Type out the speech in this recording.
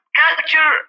culture